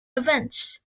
events